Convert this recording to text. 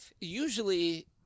usually